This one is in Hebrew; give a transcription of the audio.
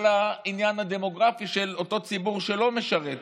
העניין הדמוגרפי של אותו ציבור שלא משרת,